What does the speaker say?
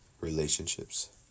relationships